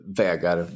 vägar